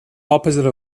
opposite